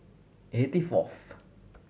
eighty fourth